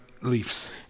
leaves